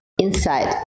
inside